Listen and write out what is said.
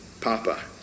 papa